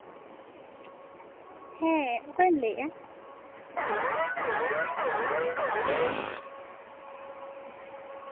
ᱦᱮᱸ ᱚᱠᱚᱭᱮᱢ ᱞᱟᱹᱭᱮᱢ ᱞᱟᱭᱮᱜᱼᱟ